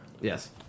Yes